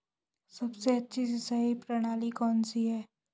सबसे अच्छी सिंचाई प्रणाली कौन सी है?